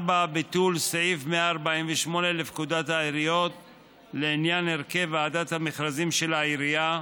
4. ביטול סעיף 148 לפקודת העיריות לעניין הרכב ועדת המכרזים של העירייה,